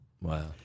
Wow